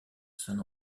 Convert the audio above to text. saint